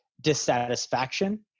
dissatisfaction